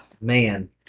Man